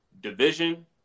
division